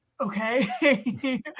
okay